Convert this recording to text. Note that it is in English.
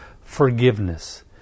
forgiveness